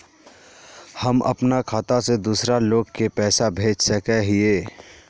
हम अपना खाता से दूसरा लोग के पैसा भेज सके हिये?